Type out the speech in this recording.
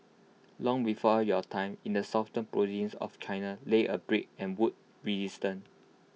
long before your time in the southern province of China lay A brick and wood